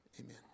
Amen